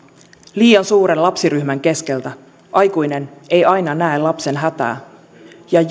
liian suuren lapsiryhmän keskeltä aikuinen ei aina näe lapsen hätää ja